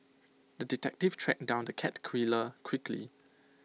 the detective tracked down the cat killer quickly